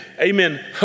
amen